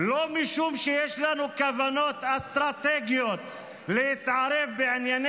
לא משום שיש לנו כוונות אסטרטגיות להתערב בענייני